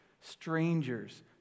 Strangers